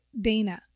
Dana